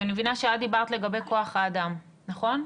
אני מבינה שאת דיברת לגבי כוח האדם, נכון?